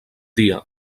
dia